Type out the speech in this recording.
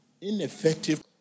ineffective